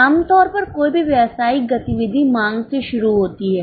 आम तौर पर कोई भी व्यावसायिक गतिविधि मांग से शुरू होती है